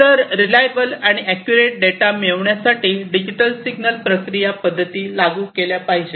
तर रिलायबल आणि accurate data मिळविण्यासाठी डिजिटल सिग्नल प्रक्रिया पद्धती लागू केल्या पाहिजेत